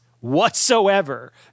whatsoever